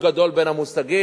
יש לנו בלבול גדול בין המושגים,